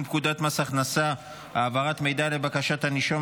פקודת מס הכנסה (העברת מידע לבקשת הנישום),